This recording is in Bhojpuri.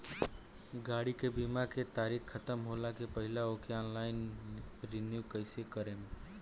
गाड़ी के बीमा के तारीक ख़तम होला के पहिले ओके ऑनलाइन रिन्यू कईसे करेम?